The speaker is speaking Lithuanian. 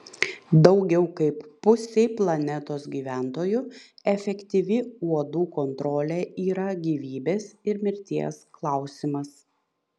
daugiau kaip pusei planetos gyventojų efektyvi uodų kontrolė yra gyvybės ir mirties klausimas